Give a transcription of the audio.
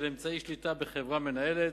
של אמצעי שליטה בחברה מנהלת,